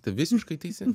tu visiškai teisi